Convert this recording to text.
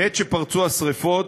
מעת שפרצו השרפות,